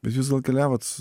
bet jūs gal keliavot